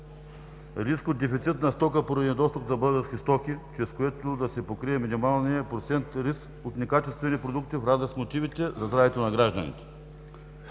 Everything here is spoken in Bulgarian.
риск от дефицитна стока поради недостиг на български стоки, чрез което да се покрие минималният процент риск от некачествени продукти в разрез с мотивите за здравето на гражданите.